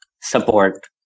Support